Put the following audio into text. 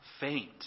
faint